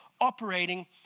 operating